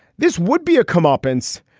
this would be a comeuppance.